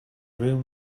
room